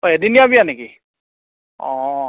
অঁ এদিনীয়া বিয়া নেকি অঁ